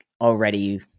already